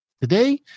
today